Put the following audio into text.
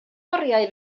oriau